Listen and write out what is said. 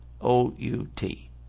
O-U-T